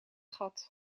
gat